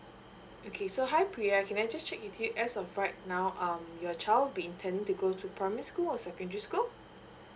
okay so hi pria can I just check with you as of right now um your child be intending to go to primary school or secondary school